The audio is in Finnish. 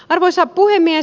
arvoisa puhemies